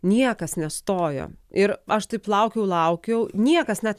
niekas nestojo ir aš taip laukiau laukiau niekas net